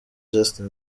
justin